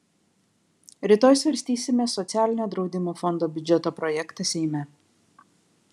rytoj svarstysime socialinio draudimo fondo biudžeto projektą seime